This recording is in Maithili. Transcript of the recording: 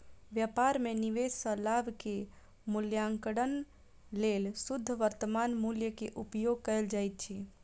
व्यापार में निवेश सॅ लाभ के मूल्याङकनक लेल शुद्ध वर्त्तमान मूल्य के उपयोग कयल जाइत अछि